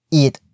eat